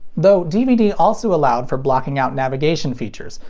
though dvd also allows for blocking out navigation features,